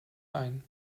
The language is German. ein